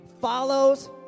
follows